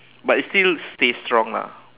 but I still stay strong lah